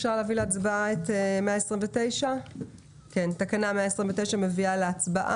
אני מביאה להצבעה את אישור תקנה מספר 129 עם השינויים והתיקונים.